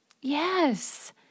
Yes